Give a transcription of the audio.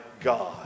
God